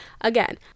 Again